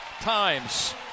times